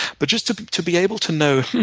but just to to be able to know,